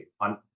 on